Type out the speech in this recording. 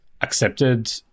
accepted